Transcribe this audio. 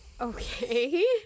okay